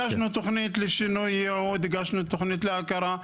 הגשנו תוכנית לשינוי יעוד, הגשנו תוכנית להכרה.